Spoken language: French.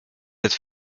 être